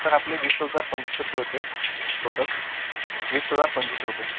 sir आपले वीस हजार पंचवीस रुपये होते टोटल वीस हजार पंचवीस रुपये